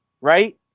right